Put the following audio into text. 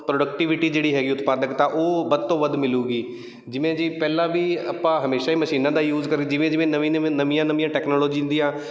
productivity ਜਿਹੜੀ ਹੈਗੀ ਉਤਪਾਦਕਤਾ ਉਹ ਵੱਧ ਤੋਂ ਵੱਧ ਮਿਲੇਗੀ ਜਿਵੇਂ ਜੀ ਪਹਿਲਾਂ ਵੀ ਆਪਾਂ ਹਮੇਸ਼ਾ ਹੀ ਮਸ਼ੀਨਾਂ ਦਾ ਯੂਜ਼ ਕਰ ਜਿਵੇਂ ਜਿਵੇਂ ਨਵੀਂ ਨਵੀਆਂ ਨਵੀਆਂ ਨਵੀਆਂ ਟੈਕਨੋਲੋਜੀ ਦੀਆਂ